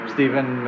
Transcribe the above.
Stephen